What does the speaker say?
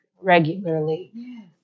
Regularly